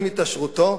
עם התעשרותו,